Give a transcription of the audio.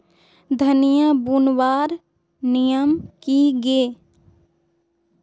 धनिया बूनवार नियम की गे?